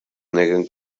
neguen